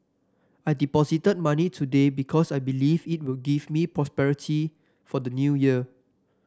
I deposited money today because I believe it will give me prosperity for the New Year